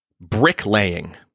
bricklaying